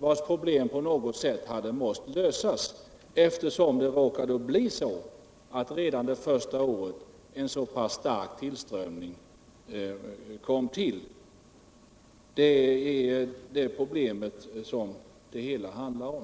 vilkas problem på något annat sätt hade måst lösas, eftersom det redan det första året råkade bli en stark tillströmning. Det är det problemet som det heta handlar om.